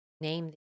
name